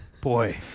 Boy